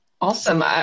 Awesome